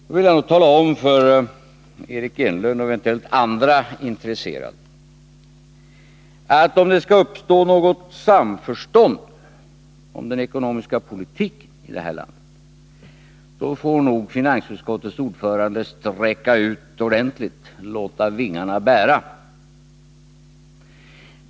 Jag vill då tala om för Eric Enlund och eventuellt andra intresserade, att om det skall uppstå något samförstånd om den ekonomiska politiken i det här landet, får nog finansutskottets ordförande sträcka ut ordentligt och låta vingarna bära.